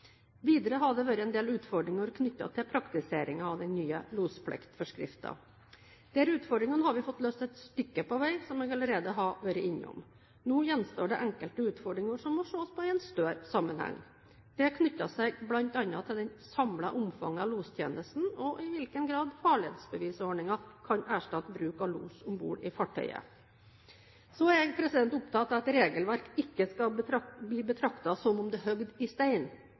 Videre har det vært en del utfordringer knyttet til praktiseringen av den nye lospliktforskriften. Disse utfordringene har vi fått løst et stykke på vei, som jeg allerede har vært innom. Nå gjenstår det enkelte utfordringer som må ses på i en større sammenheng. Det knytter seg bl.a. til det samlede omfanget av lostjenesten og i hvilken grad farledsbevisordningen kan erstatte bruk av los om bord i fartøyet. Jeg er opptatt av at regelverk ikke skal bli betraktet som om de er hugget i stein.